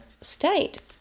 state